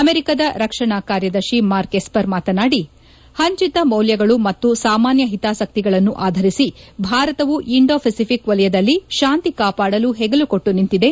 ಅಮೆರಿಕದ ರಕ್ಷಣಾ ಕಾರ್ಯದರ್ಶಿ ಮಾರ್ಕ್ ಎಸ್ಸರ್ ಮಾತನಾಡಿ ಪಂಚಿತ ಮೌಲ್ಕಗಳು ಮತ್ತು ಸಾಮಾನ್ಕ ಹಿತಾಸಕ್ತಿಗಳನ್ನು ಆಧರಿಸಿ ಭಾರತವು ಇಂಡೋ ಫಿಸಿಫಿಕ್ ವಲಯದಲ್ಲಿ ಶಾಂತಿ ಕಾಪಾಡಲು ಹೆಗಲು ಕೊಟ್ಟು ನಿಂತಿದೆ